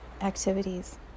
activities